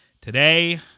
Today